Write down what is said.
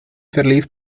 verlief